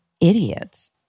idiots